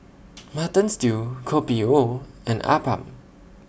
Mutton Stew Kopi O and Appam